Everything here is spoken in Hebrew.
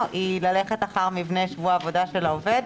היא ללכת אחר מבנה שבוע העבודה של העובד,